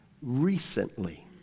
recently